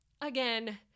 again